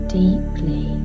deeply